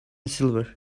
silver